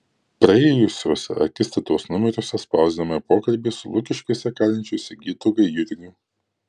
praėjusiuose akistatos numeriuose spausdinome pokalbį su lukiškėse kalinčiu sigitu gaidjurgiu